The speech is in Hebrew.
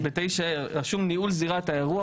רשום "ניהול זירת האירוע",